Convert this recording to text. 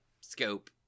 scope